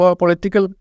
political